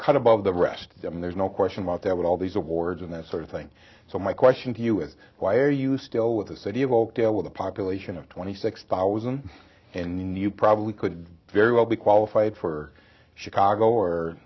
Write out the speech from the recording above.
cut above the rest there's no question about that with all these awards and that sort of thing so my question to you is why are you still with the city of oakdale with a population of twenty six thousand and then you probably could very well be qualified for chicago or